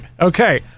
Okay